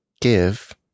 give